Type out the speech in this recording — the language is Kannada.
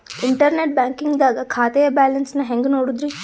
ಇಂಟರ್ನೆಟ್ ಬ್ಯಾಂಕಿಂಗ್ ದಾಗ ಖಾತೆಯ ಬ್ಯಾಲೆನ್ಸ್ ನ ಹೆಂಗ್ ನೋಡುದ್ರಿ?